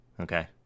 Okay